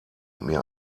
mir